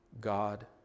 God